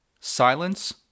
Silence